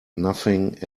nothing